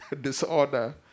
disorder